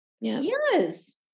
Yes